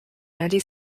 anti